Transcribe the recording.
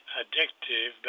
addictive